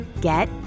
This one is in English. get